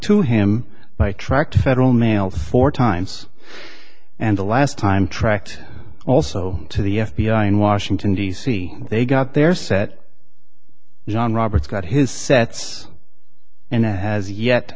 to him by tract federal mail four times and the last time tracked also to the f b i in washington d c they got their sat john roberts got his sets and that has yet